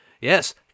yes